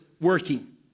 working